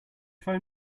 phone